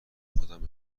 خودم